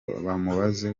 bamubaze